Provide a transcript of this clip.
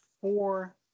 four